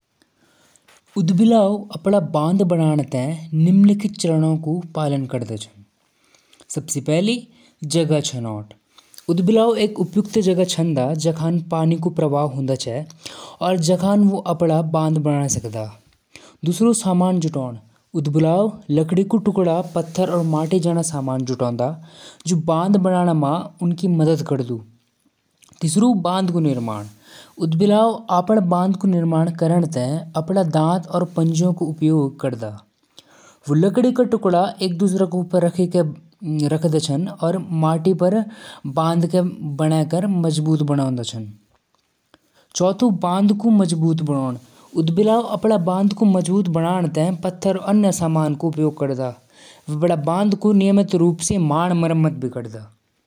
गुलाबी रंग देखदा म कोमलता और प्रेम क भावना जागदा। यो रंग बचपन और मासूमियत क प्रतीक च। यो रंग म दोस्ती और खुशी क झलक देखनु मिलदा।